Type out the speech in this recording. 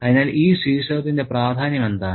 അതിനാൽ ഈ ശീർഷകത്തിന്റെ പ്രാധാന്യം എന്താണ്